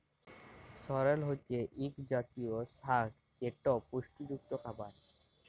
সরেল হছে ইক জাতীয় সাগ যেট পুষ্টিযুক্ত খাবার